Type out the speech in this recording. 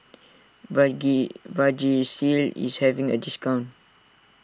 Vagisil is having a discount